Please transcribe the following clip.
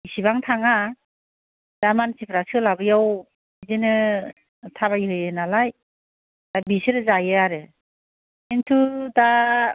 इसिबां थाङा दा मानसिफ्रा सोलाबैयाव बिदिनो थाबायहोयो नालाय दा बिसोर जायो आरो खिन्थु दा